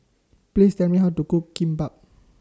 Please Tell Me How to Cook Kimbap